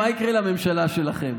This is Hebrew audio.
מה יקרה לממשלה שלכם?